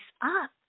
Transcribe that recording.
up